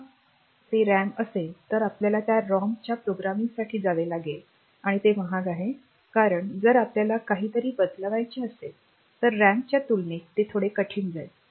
जेव्हा जर ते रॉम असेल तर आपल्याला त्या रॉमच्या प्रोग्रामिंगसाठी जावे लागेल आणि ते महाग आहे कारण जर आपल्याला काहीतरी बदलवायचे असेल तर रॅमच्या तुलनेत ते थोडे कठीण जाईल